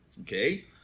Okay